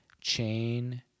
Chain